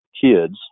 kids